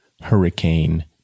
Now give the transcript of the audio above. Hurricane